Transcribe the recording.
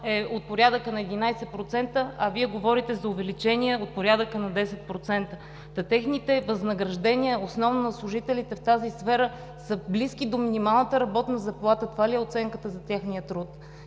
е от порядъка на 11%, а Вие говорите за увеличение от порядъка на 10%. Та техните възнаграждения, основно на служителите в тази сфера, са близки до минималната работна заплата! Това ли е оценката за техния труд?!